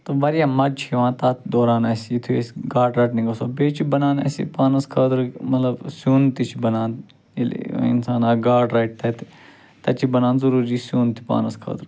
تہٕ واریاہ مزٕ چھِ یِوان تَتھ دوران اَسہِ یُتھُے أسۍ گاڈٕ رَٹنہِ گژھو بیٚیہِ چھِ بنان اَسہِ یہِ پانَس خٲطرٕ مطلب سیُن تہِ چھِ بنان ییٚلہِ اِنسان اَکھ گاڈ رَٹہِ تَتہِ تَتہِ چھِ بنان ضٔروری سیُن تہِ پانَس خٲطرٕ